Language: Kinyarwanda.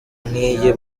nk’iyi